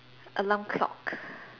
alarm clock